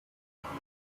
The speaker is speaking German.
freien